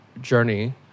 journey